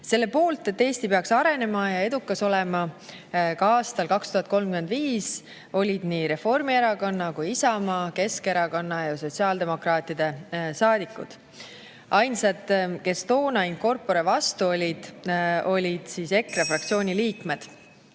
Selle poolt, et Eesti peaks arenema ja edukas olema ka aastal 2035, olid nii Reformierakonna kui Isamaa, Keskerakonna ja sotsiaaldemokraatide saadikud. Ainsad, kes toonain corporevastu olid, olid EKRE fraktsiooni liikmed.